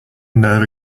nerve